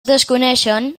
desconeixen